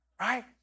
right